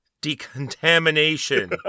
decontamination